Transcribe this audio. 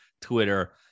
Twitter